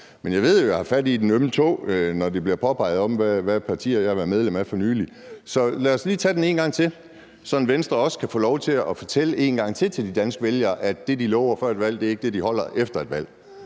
Men jeg ved jo, at jeg sætter fingeren på det ømme punkt, når det bliver påpeget, hvilket parti jeg har været medlem af for nylig. Så lad os lige tage den en gang til, sådan at Venstre også kan få lov til en gang til at fortælle til danske vælgere, at det, de lover før et valg, ikke er det, de holder efter et valg.